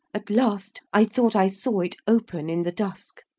at last i thought i saw it open in the dusk,